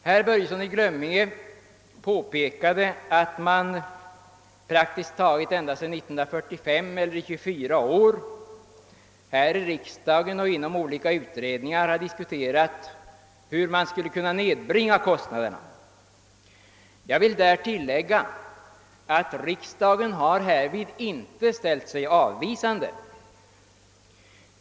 Herr Börjesson i Glömminge påpekade att man praktiskt taget ända sedan år 1945, eller i 24 år, här i riksdagen och inom olika utredningar har diskuterat hur man skulle kunna nedbringa kostnaderna. Det kan tilläggas att riksdagen härvid inte har ställt sig avvisande.